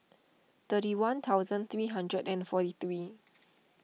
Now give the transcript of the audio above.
thirty one thousand three hundred and forty three